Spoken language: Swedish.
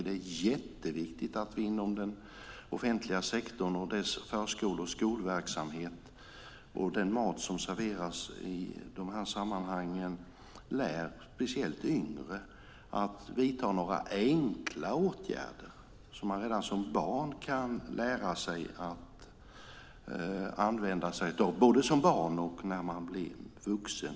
Det är viktigt att vi inom offentliga sektorn, förskolor och skolverksamhet, och den mat som serveras i de sammanhangen, lär speciellt yngre att vidta några enkla åtgärder som man kan använda sig av som barn och sedan som vuxen.